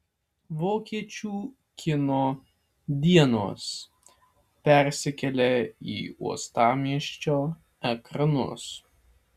vokiečių kino dienos persikelia į uostamiesčio ekranus